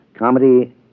Comedy